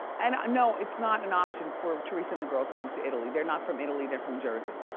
and i know it's not an option for teresa and the girls to move to italy, they're not from italy, they're from jersey.